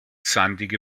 sandige